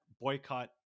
boycott